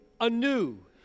anew